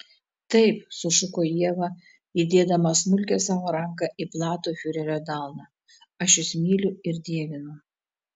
taip sušuko ieva įdėdama smulkią savo ranką į platų fiurerio delną aš jus myliu ir dievinu